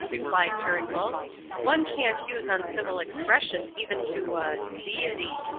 replied turnbull one can't use uncivil expressions even to a deity.